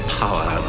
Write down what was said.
power